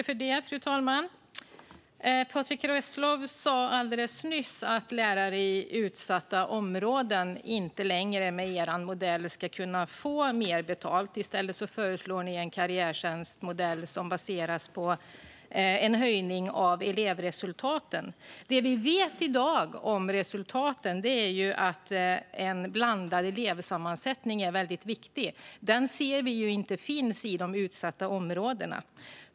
Fru talman! Patrick Reslow sa alldeles nyss att lärare i utsatta områden med Sverigedemokraternas modell inte längre ska kunna få mer betalt. I stället föreslår ni en karriärtjänstmodell som baseras på en höjning av elevresultaten. Det vi i dag vet om resultaten är att en blandad elevsammansättning är väldigt viktig. Vi ser inte att en sådan finns i de utsatta områdena.